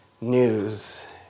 news